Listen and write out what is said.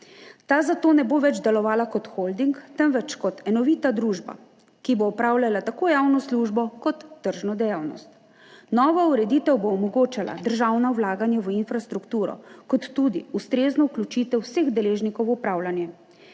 Ta zato ne bo več delovala kot holding, temveč kot enovita družba, ki bo opravljala tako javno službo kot tržno dejavnost. Nova ureditev bo omogočala državna vlaganja v infrastrukturo ter tudi ustrezno vključitev vseh deležnikov v upravljanje.